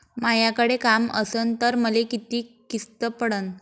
मायाकडे काम असन तर मले किती किस्त पडन?